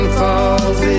falls